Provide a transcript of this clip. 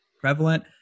prevalent